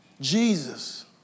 Jesus